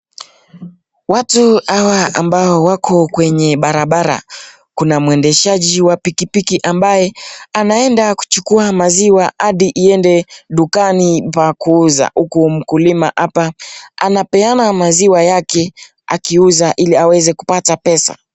Watu hawa ambao wako kwenye barabara kuna mwendeshaji wa pikipiki, ambaye anaenda kuchukuwa maziwa, hadi iende dukani pa kuuzwa huku mkulima hapa anapeena maziwa yake akiuza ili aweze kupata pesa.